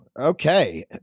Okay